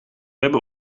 hebben